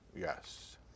yes